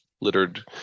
littered